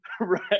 Right